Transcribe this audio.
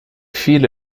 viele